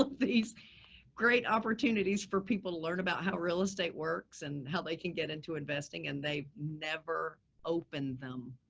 these great opportunities for people to learn about how real estate works and how they can get into investing and they've never opened them.